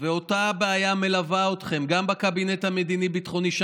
אותה בעיה מלווה אתכם גם בקבינט המדיני-ביטחוני,